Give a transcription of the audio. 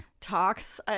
talks